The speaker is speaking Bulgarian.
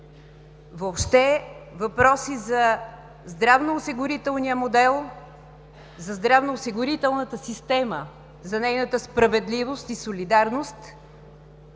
въобще въпроси за здравноосигурителния модел, за здравноосигурителната система, за нейната справедливост и солидарност